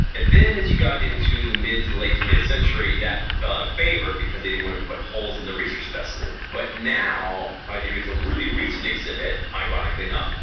and then as you got to the mid-to-late twentieth century, that fell out of favor because they didn't want to put holes in the research specimen. but now if it's a really recent exhibit, ironically enough,